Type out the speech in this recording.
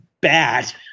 bad